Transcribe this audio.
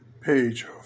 page